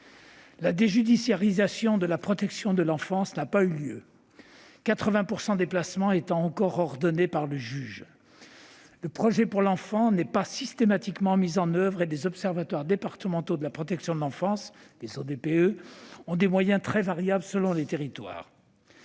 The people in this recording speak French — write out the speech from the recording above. La déjudiciarisation de la protection de l'enfance n'a pas eu lieu, 80 % des placements étant encore ordonnés par le juge. Le projet pour l'enfant n'est pas systématiquement mis en oeuvre et les observatoires départementaux de la protection de l'enfance (ODPE) ont des moyens très variables selon les territoires.